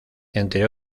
entre